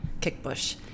Kickbush